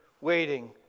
waiting